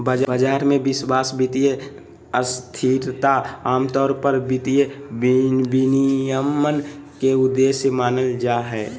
बाजार मे विश्वास, वित्तीय स्थिरता आमतौर पर वित्तीय विनियमन के उद्देश्य मानल जा हय